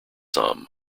sum